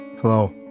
Hello